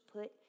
put